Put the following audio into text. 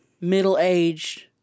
middle-aged